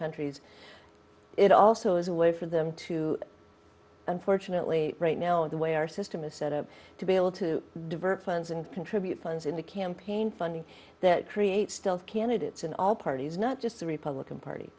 countries it also is a way for them to unfortunately right now the way our system is set up to be able to divert funds and contribute funds into campaign funding that creates still candidates in all parties not just the republican party